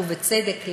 ובצדק,